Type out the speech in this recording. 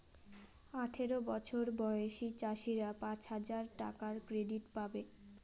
আঠারো বছর বয়সী চাষীরা পাঁচ হাজার টাকার ক্রেডিট পাবে